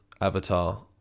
Avatar